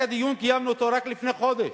קיימנו את הדיון רק לפני חודש.